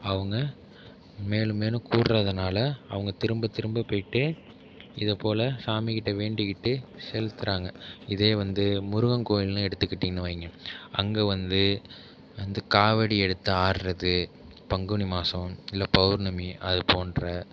அவங்க மேலும் மேலும் கூடுறதுனால அவங்க திரும்ப திரும்ப போயிட்டு இதை போல் சாமிக்கிட்டே வேண்டிக்கிட்டு செலுத்துகிறாங்க இதே வந்து முருகன் கோவில்னு எடுத்துக்கிட்டிங்கனு வைங்க அங்கே வந்து வந்து காவடி எடுத்து ஆடுகிறது பங்குனி மாதம் இல்லை பெளர்ணமி அது போன்ற